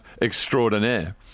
extraordinaire